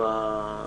אני